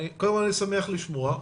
קודם כל אני שמח לשמוע,